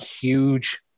huge